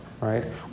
right